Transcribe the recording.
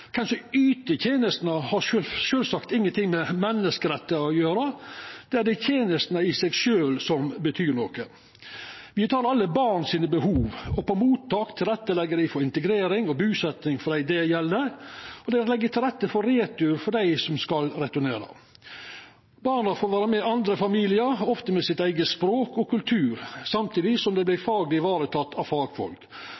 tenestene, har sjølvsagt ingenting med menneskerettar å gjera, det er tenestene i seg sjølve som betyr noko. Me varetek behova til alle barn, og på mottak legg dei til rette for integrering og busetting for dei det gjeld, og dei legg til rette for retur for dei som skal returnera. Barna får vera med andre familiar, ofte med sitt eige språk og eigen kultur, samtidig som